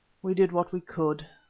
we did what we could,